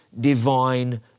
divine